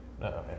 No